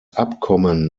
abkommen